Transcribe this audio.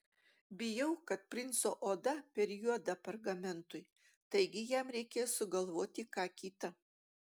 bijau kad princo oda per juoda pergamentui taigi jam reikės sugalvoti ką kita